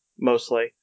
mostly